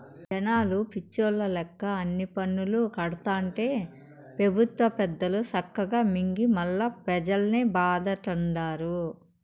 జనాలు పిచ్చోల్ల లెక్క అన్ని పన్నులూ కడతాంటే పెబుత్వ పెద్దలు సక్కగా మింగి మల్లా పెజల్నే బాధతండారు